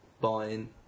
buying